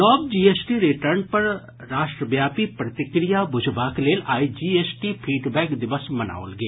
नव GST return पर राष्ट्रव्यापी प्रतिक्रिया बुझबाक लेल आइ जीएसटी फीडबैक दिवस मनाओल गेल